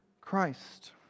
Christ